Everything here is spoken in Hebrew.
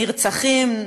נרצחים,